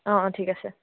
অ অ ঠিক আছে